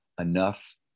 enough